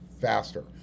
faster